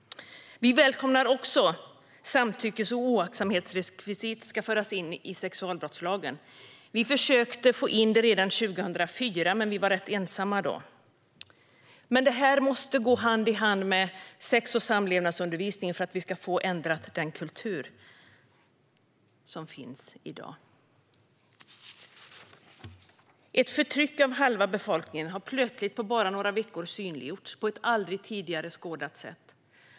Vi välkomnar också att samtyckes och oaktsamhetsrekvisit ska föras in i sexualbrottslagen. Vi försökte få in det redan 2004, men vi var rätt ensamma då. Men detta måste gå hand i hand med sex och samlevnadsundervisningen för att vi ska kunna ändra den kultur som finns i dag. Ett förtryck av halva befolkningen har plötsligt, på bara några veckor, synliggjorts på ett aldrig tidigare skådat sätt.